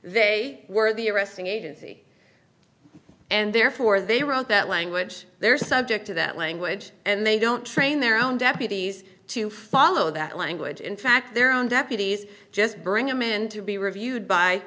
they were the arresting agency and therefore they wrote that language they're subject to that language and they don't train their own deputies to follow that language in fact their own deputies just bring him in to be reviewed by